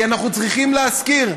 אנחנו צריכים להזכיר,